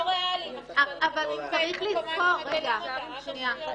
--- מאוד ריאלי בעידן של היום.